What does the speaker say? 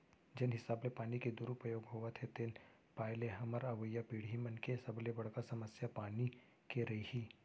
जेन हिसाब ले पानी के दुरउपयोग होवत हे तेन पाय ले हमर अवईया पीड़ही मन के सबले बड़का समस्या पानी के रइही